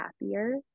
happier